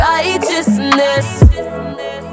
Righteousness